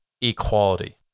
equality